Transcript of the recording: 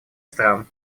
стран